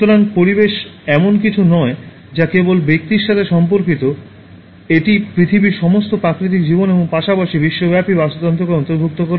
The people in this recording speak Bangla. সুতরাং পরিবেশ এমন কিছু নয় যা কেবল ব্যক্তির সাথে সম্পর্কিত এটি পৃথিবীর সমস্ত প্রাকৃতিক জীবন এর পাশাপাশি বিশ্বব্যাপী বাস্তুতন্ত্রকে অন্তর্ভুক্ত করে